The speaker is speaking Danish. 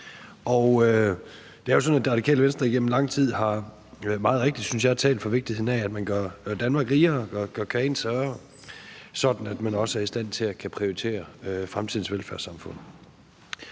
Det er jo sådan, at Radikale Venstre igennem lang tid – meget rigtigt, synes jeg – har talt for vigtigheden af, at man gør Danmark rigere, gør kagen større, sådan at man også er i stand til at kunne prioritere fremtidens velfærdssamfund.